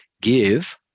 give